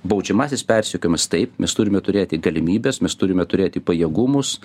baudžiamasis persekiojimas taip mes turime turėti galimybes mes turime turėti pajėgumus